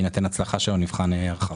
בהינתן הצלחה שלו, נבחן הרחבה.